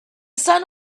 sun